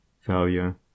failure